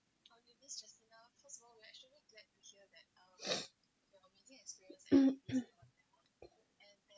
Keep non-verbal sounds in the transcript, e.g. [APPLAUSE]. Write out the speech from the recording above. [BREATH] [COUGHS]